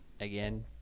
Again